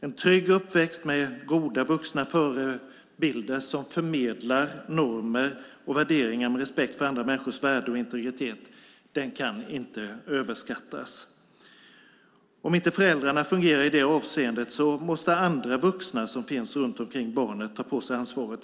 En trygg uppväxt med goda vuxna förebilder som förmedlar normer och värderingar med respekt för andra människors värde och integritet kan inte överskattas. Om inte föräldrarna fungerar i detta avseende måste andra vuxna som finns runt omkring barnet ta på sig ansvaret.